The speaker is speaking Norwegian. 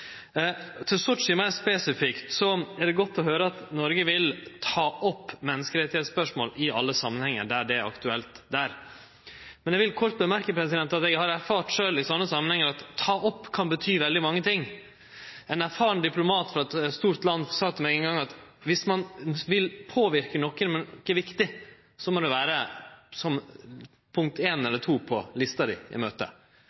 meir spesifikt, er det godt å høyre at Noreg vil ta opp menneskerettsspørsmål i alle samanhengar der det er aktuelt. Men eg vil kort gjere den merknad at eg sjølv har erfart i slike samanhengar at «ta opp» kan bety veldig mange ting. Ein erfaren diplomat frå eit stort land sa til meg ein gong at viss ein vil påverke nokon med noko viktig, må det vere punkt 1 eller 2 på lista di i møtet.